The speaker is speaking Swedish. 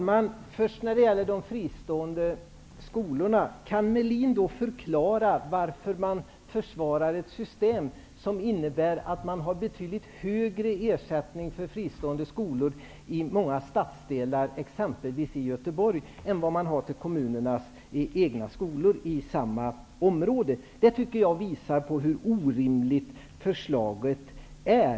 Herr talman! Kan Ulf Melin förklara varför han försvarar ett system som i många stadsdelar, exempelvis i Göteborg, innebär betydligt högre ersättning till fristående skolor än till kommunernas egna skolor i samma område? Jag tycker att en sådan ordning visar på hur orimligt förslaget är.